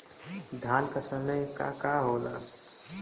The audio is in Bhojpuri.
धान के समय का का होला?